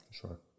sure